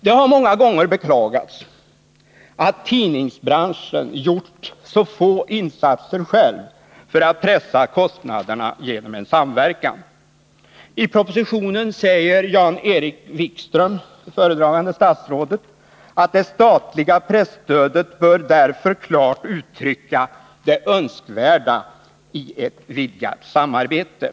Man har många gånger beklagat att tidningsbranschen gjort så få egna insatser för att genom en samverkan pressa ner kostnaderna. I propositionen säger föredragande statsrådet Jan-Erik Wikström att det statliga presstödet bör klart uttrycka det önskvärda i ett vidgat samarbete.